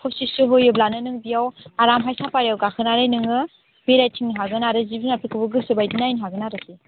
पसिस' होयोब्लानो नों बियाव आरामहाय साफारियाव गाखोनानै नोङो बेरायथिंनो हागोन आरो जिब जुनारफोरखौबो गोसो बायदि नायनो हागोन आरोखि